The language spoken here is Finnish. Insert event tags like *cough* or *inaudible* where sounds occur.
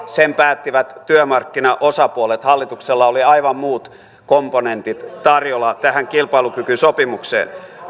*unintelligible* sen päättivät työmarkkinaosapuolet hallituksella oli aivan muut komponentit tarjolla tähän kilpailukykysopimukseen